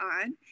on